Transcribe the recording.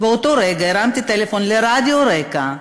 באותו רגע הרמתי טלפון לרדיו רק"ע,